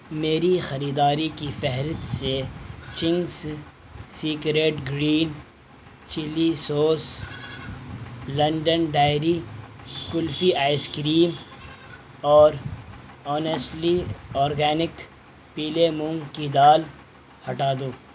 میری خریداری کی فہرست سے Ching's secret green chilli sauce London dairy kulfi ice cream اور اونیسلی اورگینک پیلے مونگ کی دال ہٹا دو